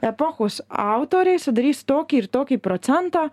epochos autoriai sudarys tokį ir tokį procentą